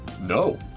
No